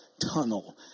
tunnel